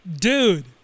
dude